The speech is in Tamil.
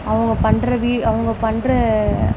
அவங்க பண்ணுற வீடி அவங்க பண்ணுற